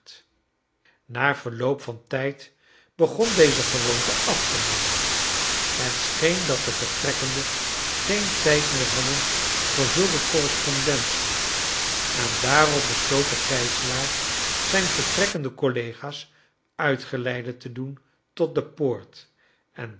na verloop van tijd begon deze gewoonte af te nemen het scheen dat de vertrekkenden geen tijd meer hadden voor zulke correspondentie en daarom besloot de gijzelaar zijn vertrekkenden collega's uitgeieide te doen tot de poort en